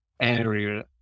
area